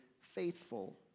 faithful